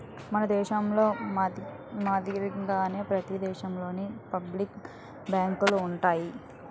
మన దేశంలో మాదిరిగానే ప్రతి దేశంలోనూ పబ్లిక్ బ్యాంకులు ఉంటాయి